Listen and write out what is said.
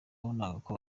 wabonaga